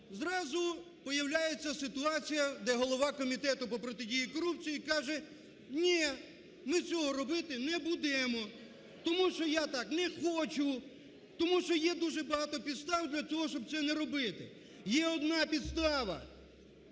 зразу появляється ситуація, де голова Комітету по протидії корупції каже: ні, ми цього робити не будемо, тому що я так не хочу, тому що є дуже багато підстав для того, щоб це не робити. Є одна підстава